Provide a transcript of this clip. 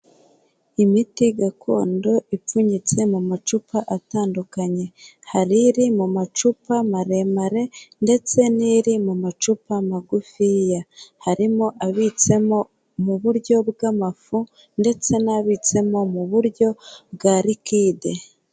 Imiti gakondo ipfunyitse mu macupa atandukanye, hari iri mu macupa maremare ndetse n'iri mu macupa magufiya. Harimo abitsemo mu buryo bw'amafu ndetse n'abitsemo mu buryo bwa likide.